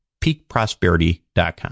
PeakProsperity.com